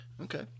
okay